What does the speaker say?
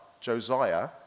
Josiah